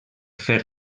fer